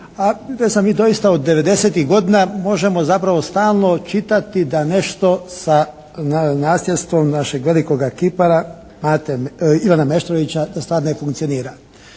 … doista od devedesetih godina možemo zapravo stalno čitati da nešto sa nasljedstvom našega velikoga kipara Ante, Ivana Meštrovića stvar ne funkcionira.